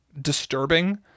disturbing